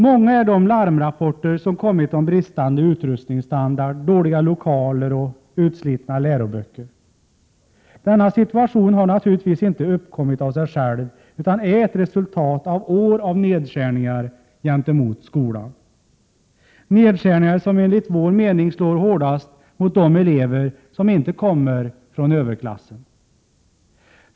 Många är de larmrapporter som kommit om bristande utrustningsstandard, dåliga lokaler och utslitna läroböcker. Denna situation har naturligtvis inte uppkommit av sig själv utan är ett resultat av år av nedskärningar på skolans område, nedskärningar som enligt vår mening slår hårdast mot de elever som inte kommer från överklassen.